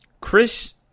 Chris